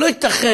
לא ייתכן.